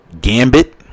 Gambit